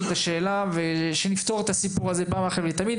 את השאלה ושנפתור את הסיפור הזה פעם אחת ולתמיד,